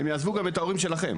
הם יעזבו גם את ההורים שלכם.